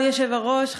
אדוני היושב-ראש,